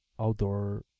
outdoor